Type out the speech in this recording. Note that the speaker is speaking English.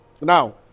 Now